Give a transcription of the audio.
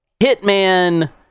hitman